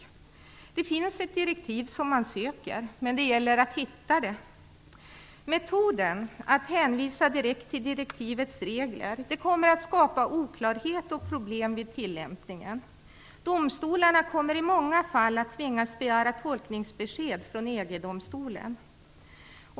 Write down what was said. Det finns ett direktiv som man söker, men det gäller att hitta det. Metoden att hänvisa direkt till direktivets regler kommer att skapa oklarhet och problem vid tillämpningen. Domstolarna kommer i många fall att tvingas begära tolkningsbesked från EG-domstolen.